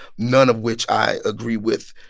none of which i agree with,